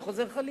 וחוזר חלילה.